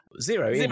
zero